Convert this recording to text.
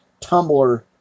Tumblr